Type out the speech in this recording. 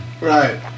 Right